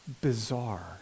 bizarre